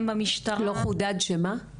לא חודד שמה?